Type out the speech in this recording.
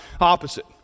opposite